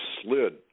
slid